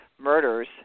murders